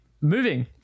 moving